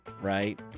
right